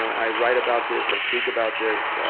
i write about this, i speak about this,